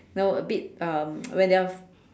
you know a bit um when they are